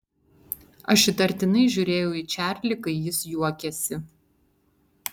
aš įtartinai žiūrėjau į čarlį kai jis juokėsi